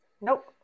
Nope